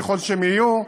ככל שהם יהיו,